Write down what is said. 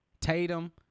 Tatum